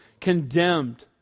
condemned